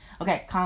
okay